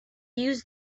use